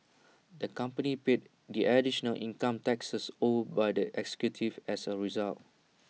the company paid the additional income taxes owed by the executives as A result